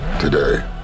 Today